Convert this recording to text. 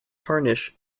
harnish